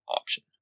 option